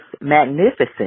magnificent